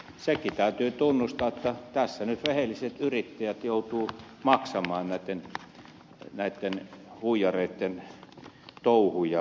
sekin täytyy tunnustaa että tässä nyt rehelliset yrittäjät joutuvat maksamaan näitten huijareitten touhuja